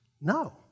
No